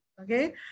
okay